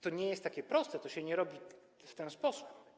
To nie jest takie proste, tego się nie robi w łatwy sposób.